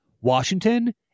Washington